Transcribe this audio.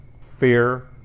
fear